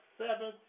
seven